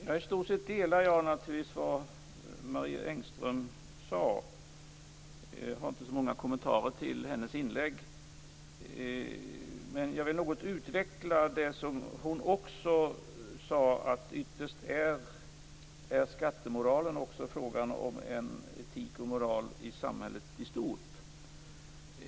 Fru talman! I stort delar jag Marie Engströms uppfattning. Jag har inte så många kommentarer till hennes inlägg. Men jag vill något utveckla det hon också sade, nämligen att ytterst är skattemoral en fråga om etik och moral i samhället i stort.